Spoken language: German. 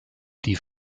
die